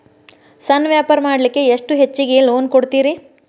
ಸಣ್ಣ ವ್ಯಾಪಾರ ಮಾಡ್ಲಿಕ್ಕೆ ಎಷ್ಟು ಹೆಚ್ಚಿಗಿ ಲೋನ್ ಕೊಡುತ್ತೇರಿ?